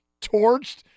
torched